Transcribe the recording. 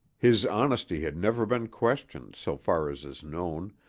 his honesty had never been questioned, so far as is known,